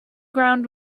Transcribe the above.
ground